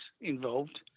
involved